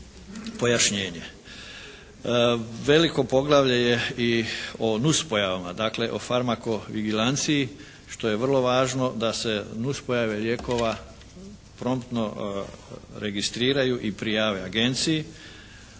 pojašnjenje. Veliko poglavlje je i o nuspojavama, dakle o farmako i bilanci što je vrlo važno da se nuspojave lijekova promptno registriraju i prijave agenciji